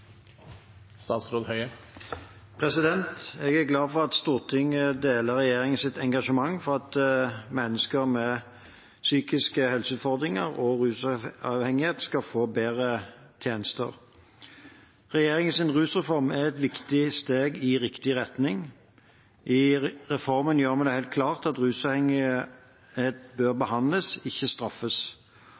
glad for at Stortinget deler regjeringens engasjement for at mennesker med psykiske helseutfordringer og rusavhengighet skal få bedre tjenester. Regjeringens rusreform er et viktig steg i riktig retning. I reformen gjør vi det helt klart at rusavhengighet bør behandles, ikke straffes.